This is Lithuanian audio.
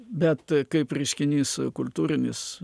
bet kaip reiškinys kultūrinis